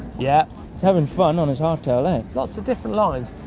yeah having fun on his hard tailend. lots of different lines.